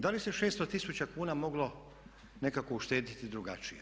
Da li se 600 tisuća kuna moglo nekako uštedjeti drugačije?